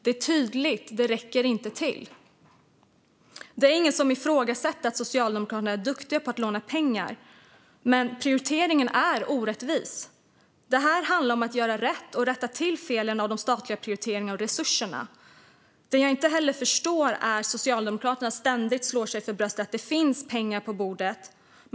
Det är tydligt att det inte räcker till. Det är ingen som ifrågasätter att Socialdemokraterna är duktiga på att låna pengar, men prioriteringen är orättvis. Det handlar här om att göra rätt och rätta till felen som uppstått av de statliga prioriteringarna och fördelningen av resurserna. Det jag inte heller förstår är att Socialdemokraterna ständigt slår sig för bröstet när det gäller att det finns mer pengar på bordet.